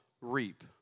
reap